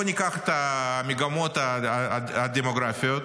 ניקח את המגמות הדמוגרפיות.